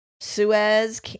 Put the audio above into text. Suez